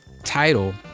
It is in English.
Title